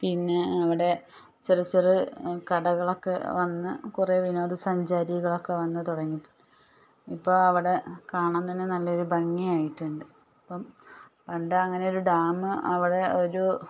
പിന്നെ അവടെ ചെറിയ ചെറിയ കടകളൊക്കെ വന്ന് കുറെ വിനോദ സഞ്ചാരികളൊക്കെ വന്ന് തുടങ്ങി ഇപ്പം അവിടെ കാണാൻ തന്നെ നല്ലൊരു ഭംഗി ആയിട്ടുണ്ട് ഇപ്പം പണ്ട് അങ്ങനൊരു ഡാമ് അവിടെ ഒരു